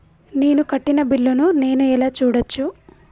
నేను కట్టిన బిల్లు ను నేను ఎలా చూడచ్చు?